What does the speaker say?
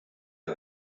get